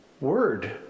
word